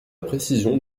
précision